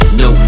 no